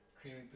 creamy